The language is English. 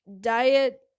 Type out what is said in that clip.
diet